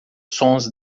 sons